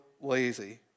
lazy